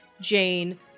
Jane